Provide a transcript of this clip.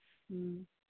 ꯎꯝ